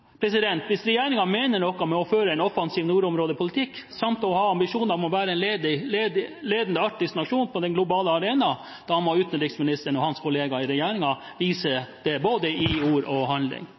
Hvis regjeringen mener noe med å føre en offensiv nordområdepolitikk, samt å ha ambisjoner om å være en ledende arktisk nasjon på den globale arenaen, da må utenriksministeren og hans kollegaer i regjeringen vise det både i ord og i handling.